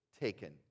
taken